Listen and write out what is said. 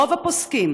רוב הפוסקים